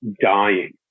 dying